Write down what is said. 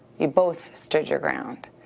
you both stood your ground,